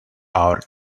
our